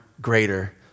greater